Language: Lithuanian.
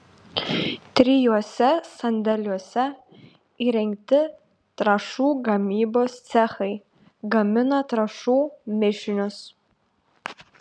trijuose sandėliuose įrengti trąšų gamybos cechai gamina trąšų mišinius